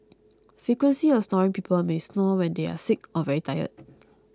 frequency of snoring people may snore when they are sick or very tired